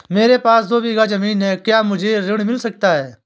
मेरे पास दो बीघा ज़मीन है क्या मुझे कृषि ऋण मिल सकता है?